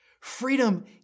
Freedom